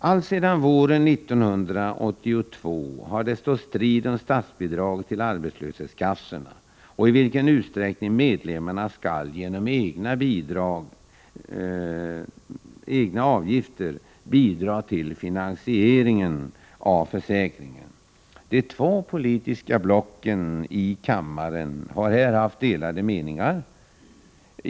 Alltsedan våren 1982 har det stått strid om statsbidraget till arbetslöshetskassorna och i vilken utsträckning medlemmarna skall genom egna avgifter bidra till finansieringen av försäkringen. De två politiska blocken i kammaren har här haft delade meningar.